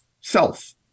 self